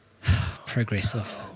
progressive